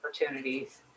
opportunities